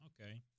Okay